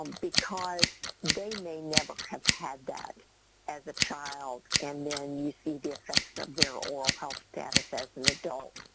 um because they may never have had that as a child, and then you see the effects of their oral health status as an adult,